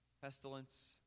pestilence